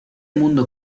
mundo